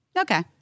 okay